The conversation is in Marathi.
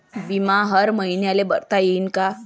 बिमा हर मईन्याले भरता येते का?